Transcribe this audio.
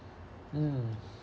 mm